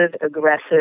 aggressive